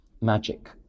magic